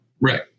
Right